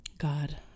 God